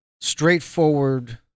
straightforward